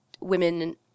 women